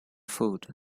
food